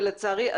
ולצערי,